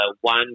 one